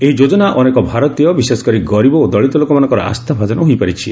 ଏହି ଯୋଜନା ଅନେକ ଭାରତୀୟ ବିଶେଷକରି ଗରିବ ଓ ଦଳିତ ଲୋକମାନଙ୍କର ଆସ୍ଥା ଭାଜନ ହୋଇପାରିଛି